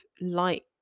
light